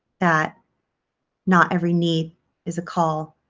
that not every need is a call